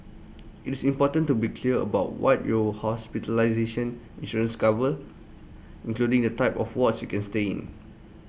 IT is important to be clear about what your hospitalization insurance covers including the type of wards you can stay in